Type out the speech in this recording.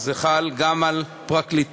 זה חל גם על פרקליטים,